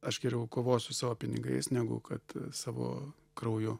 aš geriau kovosiu savo pinigais negu kad savo krauju